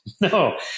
no